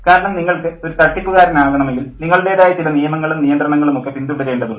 കാരണം നിങ്ങൾക്ക് ഒരു തട്ടിപ്പുകാരനാകണമെങ്കിൽ നിങ്ങളുടേതായ ചില നിയമങ്ങളും നിയന്ത്രണങ്ങളും ഒക്കെ പിന്തുടരേണ്ടതുണ്ട്